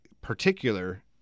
particular